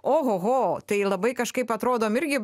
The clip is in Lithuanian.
ohoho tai labai kažkaip atrodom irgi